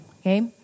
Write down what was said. okay